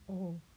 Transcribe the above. oh